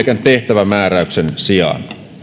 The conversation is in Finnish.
tehtävämääräyksen sijaan